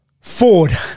Ford